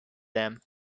them